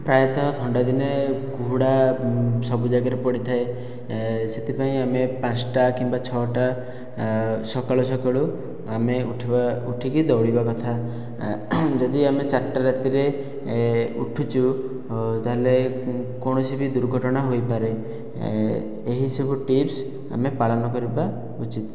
ପ୍ରାୟତଃ ଥଣ୍ଡା ଦିନେ କୁହୁଡ଼ା ସବୁ ଜାଗାରେ ପଡ଼ିଥାଏ ସେଥିପାଇଁ ଆମେ ପାଞ୍ଚଟା କିମ୍ବା ଛ'ଟା ସକାଳୁ ସକାଳୁ ଆମେ ଉଠିବା ଉଠିକି ଦୌଡ଼ିବା କଥା ଯଦି ଆମେ ଚାରିଟା ରାତିରେ ଉଠୁଛୁ ତାହେଲେ କୌଣସି ବି ଦୁର୍ଘଟଣା ହୋଇପାରେ ଏହିସବୁ ଟିପ୍ସ ଆମେ ପାଳନ କରିବା ଉଚିତ